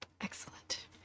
Excellent